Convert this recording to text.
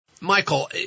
Michael